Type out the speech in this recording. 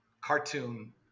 cartoon